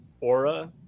aura